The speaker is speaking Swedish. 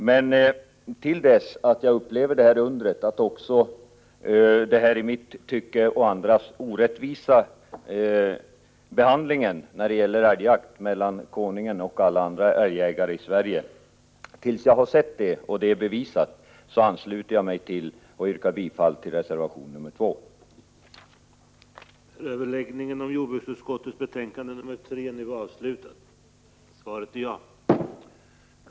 Men till dess att jag har upplevt undret att man när det gäller älgjakt upphör med den i mitt och andras tycke orättvisa behandlingen av alla andra älgjägare i Sverige i förhållande till konungen, ansluter jag mig till den uppfattning som framförs i reservation nr 2, som jag också yrkar bifall till.